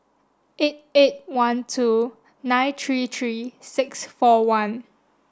eight eight one two nine three three six four one